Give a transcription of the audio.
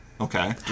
Okay